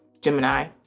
gemini